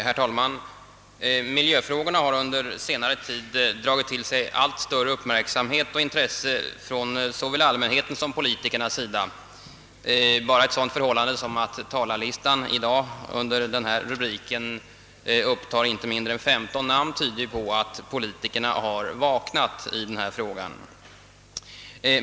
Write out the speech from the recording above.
Herr talman! Miljöfrågorna har under senare tid tilldragit sig allt större uppmärksamhet och intresse från såväl allmänhetens som politikernas sida. Bara ett sådant förhållande som att talarlistan i detta ärende upptar inte mindre än 15 namn tyder på att politikerna har vaknat och börjat inse denna frågas betydelse.